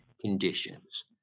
conditions